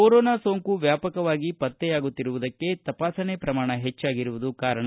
corona ಸೋಂಕು ವ್ಯಾಪಕವಾಗಿ ಪತ್ತೆಯಾಗುತ್ತಿರುವುದಕ್ಕೆ ತಪಾಸಣೆ ಪ್ರಮಾಣ ಹೆಚ್ಚಾಗಿರುವುದು ಕಾರಣ